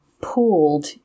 pooled